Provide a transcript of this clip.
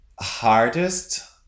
hardest